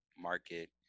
market